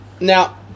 Now